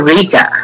Rica